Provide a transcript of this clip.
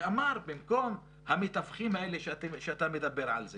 ואמר שבמקום המתווכים האלה שאתה מדבר על זה